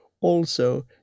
Also